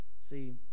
See